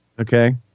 Okay